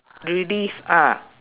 relive ah